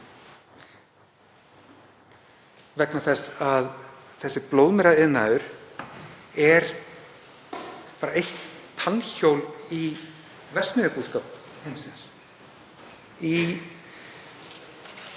Vegna þess að þessi blóðmeraiðnaður er bara eitt tannhjól í verksmiðjubúskap heimsins.